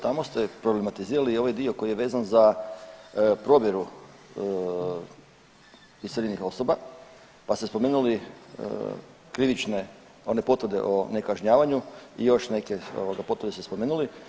Tamo ste problematizirali i ovaj dio koji je vezana za provjeru useljenih osoba pa ste spomenuli krivične, one potvrde o nekažnjavanju i još neke ovoga potvrde ste spomenuli.